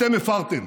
אתם הפרתם.